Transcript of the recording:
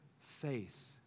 faith